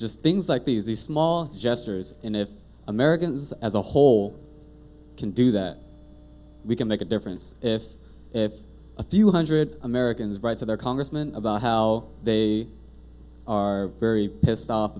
just things like these these small gestures and if americans as a whole can do that we can make a difference if if a few hundred americans right to their congressman about how they are very pissed off